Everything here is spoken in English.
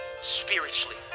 spiritually